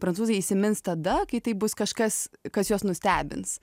prancūzai įsimins tada kai tai bus kažkas kas juos nustebins